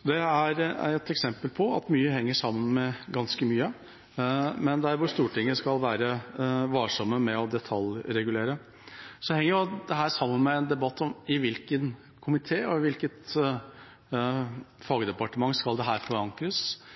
Dette er et eksempel på at mye henger sammen med ganske mye, men hvor Stortinget skal være varsomme med å detaljregulere. Dette henger også sammen med en debatt om i hvilken komité og i hvilket fagdepartement dette skal forankres. Vi diskuterer mye av det